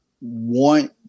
Want